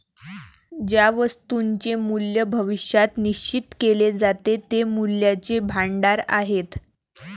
ज्या वस्तूंचे मूल्य भविष्यात निश्चित केले जाते ते मूल्याचे भांडार आहेत